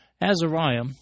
Azariah